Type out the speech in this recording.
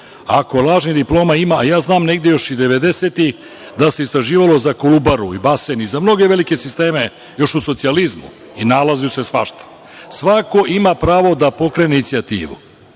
Ako lažnih diploma ima, a ja znam negde još i 90-ih da se istraživalo za Kolubaru i za mnoge velike sisteme još u socijalizmu i nalazilo se svašta. Svako ima pravo da pokrene inicijativu,